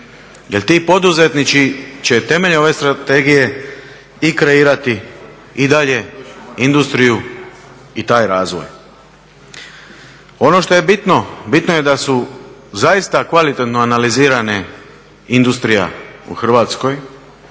Jel ti poduzetnici će temeljem ove strategije i kreirati i dalje industriju i taj razvoj. Ono što je bitno, bitno je da su zaista kvalitetno analizirane industrija u Hrvatskoj,